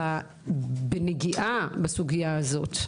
בנגיעה בסוגייה הזאת,